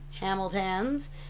Hamiltons